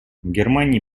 германии